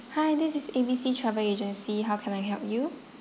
hi this is A B C travel agency how can I help you